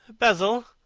basil,